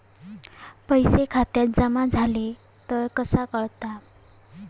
पैसे खात्यात जमा झाले तर कसा कळता?